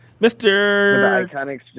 Mr